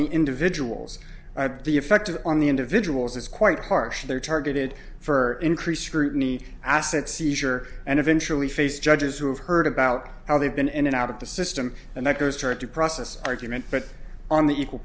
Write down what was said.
the individuals but the effect on the individuals is quite harsh they are targeted for increased scrutiny asset seizure and eventually face judges who have heard about how they've been in and out of the system and that has turned to process argument but on the equal